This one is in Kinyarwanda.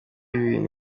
ibintu